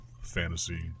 fantasy